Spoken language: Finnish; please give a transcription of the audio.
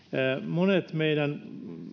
monet meidän